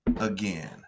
again